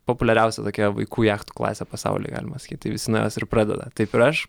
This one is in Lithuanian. populiariausia tokia vaikų jachtų klasė pasaulyje galima sakyti tai visi nuo jos ir pradeda taip ir aš